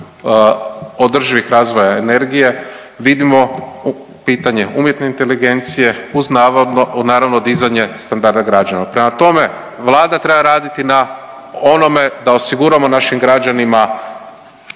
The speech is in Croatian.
održivih razvoja energije, vidimo pitanje umjetne inteligencije uz naravno dizanje standarda građana. Prema tome, Vlada treba raditi na onome da osiguramo našim građanima